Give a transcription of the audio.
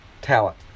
talent